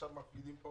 עכשיו מפגינים פה